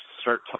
start